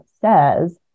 says